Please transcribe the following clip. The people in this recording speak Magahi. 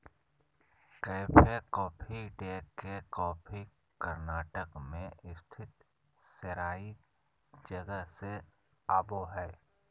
कैफे कॉफी डे के कॉफी कर्नाटक मे स्थित सेराई जगह से आवो हय